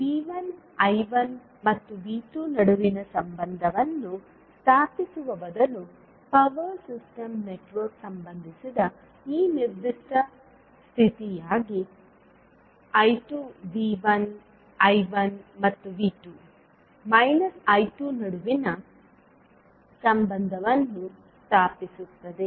V1 I1 ಮತ್ತು V2 ನಡುವಿನ ಸಂಬಂಧವನ್ನು ಸ್ಥಾಪಿಸುವ ಬದಲು ಪವರ್ ಸಿಸ್ಟಮ್ ನೆಟ್ವರ್ಕ್ಗೆ ಸಂಬಂಧಿಸಿದ ಈ ನಿರ್ದಿಷ್ಟ ಸ್ಥಿತಿಯಿಂದಾಗಿ I2 V1 I1 ಮತ್ತು V2 I2 ನಡುವಿನ ಸಂಬಂಧವನ್ನು ಸ್ಥಾಪಿಸುತ್ತದೆ